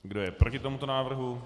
Kdo je proti tomuto návrhu?